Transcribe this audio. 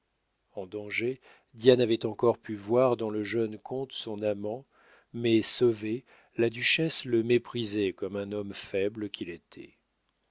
en danger diane avait encore pu voir dans le jeune comte son amant mais sauvé la duchesse le méprisait comme un homme faible qu'il était